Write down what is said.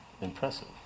Impressive